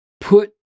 Put